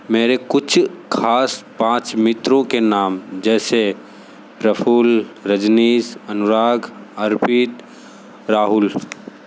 मेरे कुछ खास पाँच मित्रों के नाम जैसे प्रफ़ुल रजनीश अनुराग अर्पित राहुल